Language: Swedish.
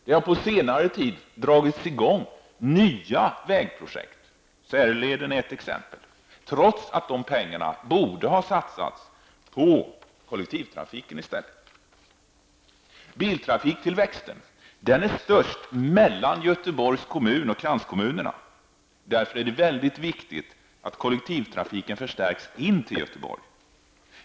Det har på senare tid dragits i gång nya vägprojekt -- Säröleden är ett exempel -- trots att de pengarna borde ha satsats på kollektivtrafiken i stället. Biltrafiktillväxten är störst mellan Göteborg och kranskommunerna. Därför är det oerhört viktigt att kollektivtrafiken in till Göteborg förstärks.